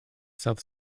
south